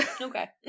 Okay